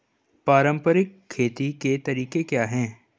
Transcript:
पारंपरिक खेती के तरीके क्या हैं?